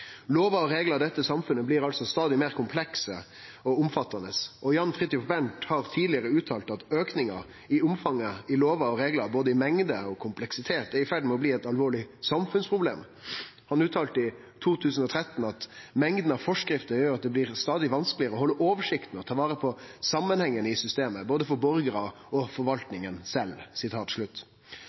Lover og reglar i dette samfunnet blir altså stadig meir komplekse og omfattande. Jan Fridthjof Bernt har tidlegare uttalt at auken i omfanget av lover og reglar – både i mengde og kompleksitet – er i ferd med å bli eit alvorleg samfunnsproblem. Han uttalte i 2013: «Mengden av forskrifter gjør at det blir stadig vanskeligere å holde oversikten og ta vare på sammenhengen i systemet – både for borgerne og for forvaltningen